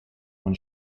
von